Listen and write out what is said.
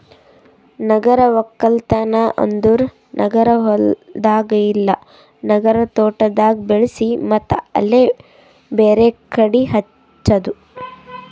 ನಗರ ಒಕ್ಕಲ್ತನ್ ಅಂದುರ್ ನಗರ ಹೊಲ್ದಾಗ್ ಇಲ್ಲಾ ನಗರ ತೋಟದಾಗ್ ಬೆಳಿಸಿ ಮತ್ತ್ ಅಲ್ಲೇ ಬೇರೆ ಕಡಿ ಹಚ್ಚದು